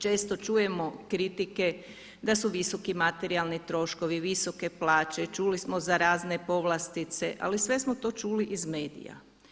Često čujemo kritike da su visoki materijalni troškovi, visoke plaće, čuli smo za razne povlastice ali sve smo to čuli iz medija.